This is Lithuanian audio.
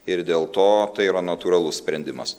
ir dėl to tai yra natūralus sprendimas